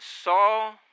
Saul